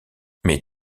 mais